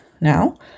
now